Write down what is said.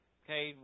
okay